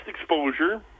exposure